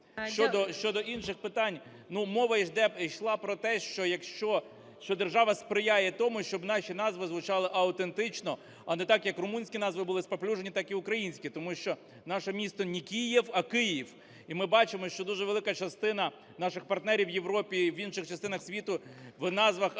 Щодо інших питань. Ну, мова йшла про те, що якщо, що держава сприяє тому, щоб наші назви звучали автентично, а не так як румунські назви були спаплюжені, так і українські, тому що наше місто не Киев, а Київ. І ми бачимо, що дуже велика частина наших партнерів в Європі і в інших частинах світу в назвах аеропортів,